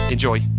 Enjoy